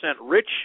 rich